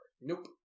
Nope